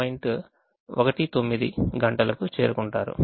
19 గంటలకు చేరుకుంటారు